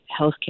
healthcare